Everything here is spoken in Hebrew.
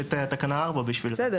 בשביל זה יש את תקנה 4. בדיוק.